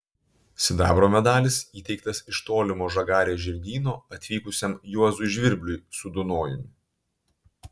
sidabro medalis įteiktas iš tolimo žagarės žirgyno atvykusiam juozui žvirbliui su dunojumi